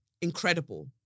incredible